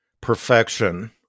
perfection